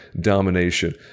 domination